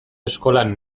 eskolan